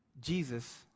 Jesus